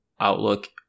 outlook